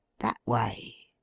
that way